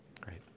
Great